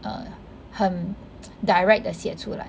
err 很 direct 的写出来